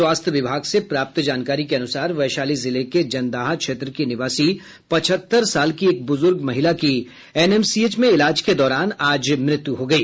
स्वास्थ्य विभाग से प्राप्त जानकारी के अनुसार वैशाली जिले के जंदाहा क्षेत्र की निवासी पचहत्तर साल की एक बुजुर्ग महिला की एनएमसीएच में इलाज के दौरान आज मृत्यु हो गयी